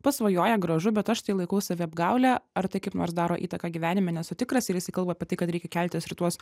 pasvajoja gražu bet aš tai laikau saviapgaule ar tai kaip nors daro įtaką gyvenime nesu tikras ir jisai kalba apie tai kad reikia keltis ir tuos